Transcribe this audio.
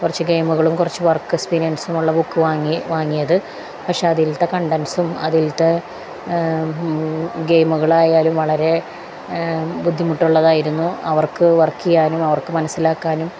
കുറച്ച് ഗെയിമുകളും കുറച്ച് വർക്ക് എക്സ്പീരിയൻസുമുള്ള ബുക്ക് വാങ്ങി വാങ്ങിയത് പക്ഷെ അതിലേത്തെ കണ്ടൻസും അതിലേത്തെ ആ ഗെയിമുകളായാലും വളരെ ബുദ്ധിമുട്ടുള്ളതായിരുന്നു അവർക്ക് വർക്ക് ചെയ്യാനും അവർക്കു മനസ്സിലാക്കാനും